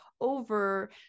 over